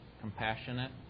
compassionate